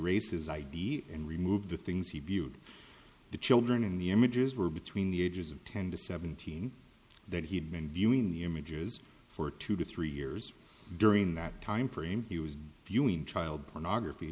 races ideas and remove the things he viewed the children and the images were between the ages of ten to seventeen that he had been viewing the images for two to three years during that time frame he was viewing child pornography